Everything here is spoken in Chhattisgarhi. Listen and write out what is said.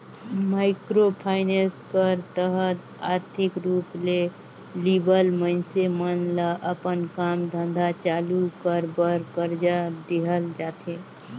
माइक्रो फाइनेंस कर तहत आरथिक रूप ले लिबल मइनसे मन ल अपन काम धंधा चालू कर बर करजा देहल जाथे